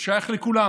ששייך לכולם.